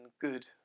good